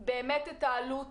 את העלות